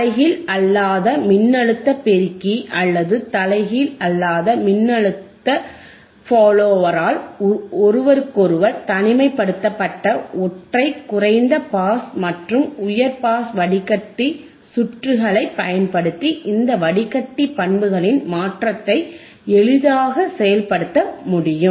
தலைகீழ் அல்லாத மின்னழுத்த பெருக்கி அல்லது தலைகீழ் அல்லாத மின்னழுத்த ஃபாலோயரால் ஒருவருக்கொருவர் தனிமைப்படுத்தப்பட்ட ஒற்றை குறைந்த பாஸ் மற்றும் உயர் பாஸ் வடிகட்டி சுற்றுகளைப் பயன்படுத்தி இந்த வடிகட்டி பண்புகளின் மாற்றத்தை எளிதாக செயல்படுத்த முடியும்